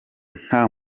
nta